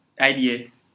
ideas